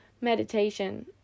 meditation